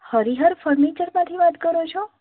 હરિહર ફર્નીચરમાંથી વાત કરો છો